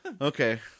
Okay